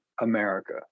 America